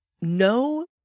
No